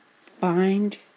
Find